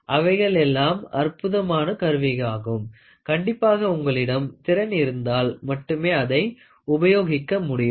அவைகள் எல்லாம் அற்புதமான கருவியாகும் கண்டிப்பாக உங்களிடம் திறன் இருந்தால் மட்டுமே அதை உபயோகிக்க முடியும்